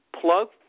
plug